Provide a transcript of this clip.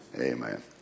Amen